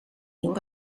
nieuw